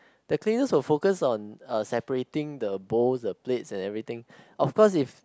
the cleaners will focus on uh separating the bowls the plates and everything of course if